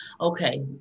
Okay